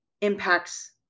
impacts